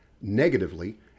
negatively